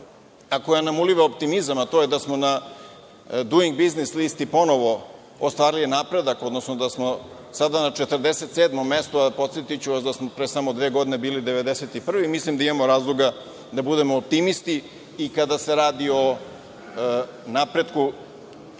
a koja nam uliva optimizam, a to je da smo na „Duing biznis“ listi ponovo ostvarili napredak, odnosno da smo sada na 47. mestu, a podsetiću vas da smo pre samo dve godine bili 91, mislim da imamo razloga da budemo optimisti i kada se radi o napretku